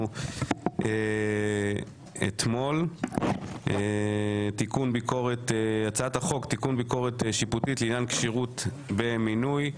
אתמול - תיקון ביקורת שיפוטית לעניין כשירות במינוי,